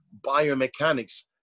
biomechanics